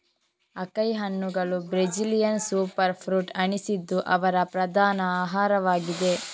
acai ಹಣ್ಣುಗಳು Brazilian super fruit ಅನಿಸಿದ್ದು ಅವರ ಪ್ರಧಾನ ಆಹಾರವಾಗಿದೆ